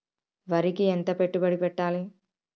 వరికి ఎంత పెట్టుబడి పెట్టాలి?